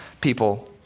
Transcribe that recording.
people